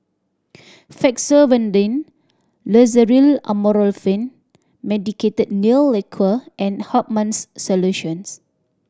Fexofenadine Loceryl Amorolfine Medicated Nail Lacquer and Hartman's Solutions